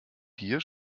hier